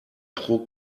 pro